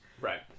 right